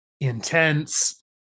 intense